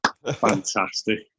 fantastic